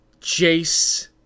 Jace